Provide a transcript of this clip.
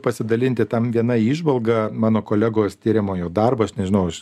pasidalinti tam viena įžvalga mano kolegos tiriamojo darbo aš nežinau aš